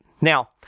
Now